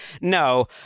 no